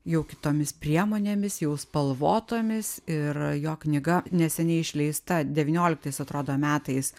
jau kitomis priemonėmis jau spalvotomis ir jo knyga neseniai išleista devynioliktais atrodo metais